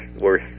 worth